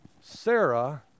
Sarah